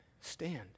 stand